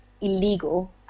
illegal